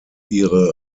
ihre